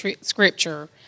scripture